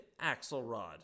Axelrod